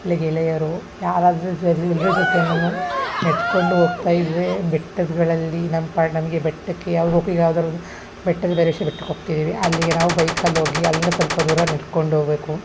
ಇಲ್ಲ ಗೆಳೆಯರು ಯಾರಾದರೂ ಎಲ್ರ ಜೊತೆನು ನಡ್ಕೊಂಡು ಹೋಗ್ತಾ ಇದ್ದರೆ ಬೆಟ್ಟಗಳಲ್ಲಿ ನಮ್ಮ ಪಾಡು ನಮಗೆ ಬೆಟ್ಟಕ್ಕೆ ಈಗ ಯಾವ್ದಾದ್ರು ಒಂದು ಬೆಟ್ಟದ ಭೈರೇಶ್ವರ್ ಬೆಟ್ಟಕ್ಕೆ ಹೋಗ್ತಿದ್ದೀವಿ ಅಲ್ಲಿಗೆ ನಾವು ಬೈಕಲ್ಲಿ ಹೋಗಿ ಅಲ್ಲಿಂದ ಸ್ವಲ್ಪ ದೂರ ನಡ್ಕೊಂಡು ಹೋಗ್ಬೇಕು